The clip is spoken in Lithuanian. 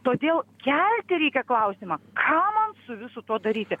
todėl kelti reikia klausimą ką man su visu tuo daryti